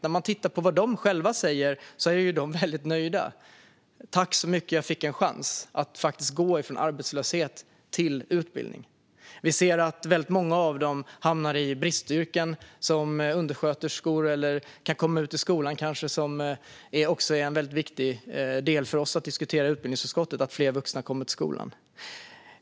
När man tittar på vad de själva säger är de mycket nöjda. De säger: Tack så mycket, jag fick en chans att faktiskt gå från arbetslöshet till utbildning. Vi ser att väldigt många av dem hamnar i bristyrken, till exempel som undersköterskor. Eller också kan de kanske komma ut i skolan. En viktig fråga för oss att diskutera i utbildningsutskottet är att fler vuxna kommer ut till skolan.